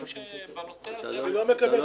אתה לא יכול.